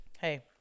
Hey